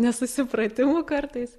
nesusipratimų kartais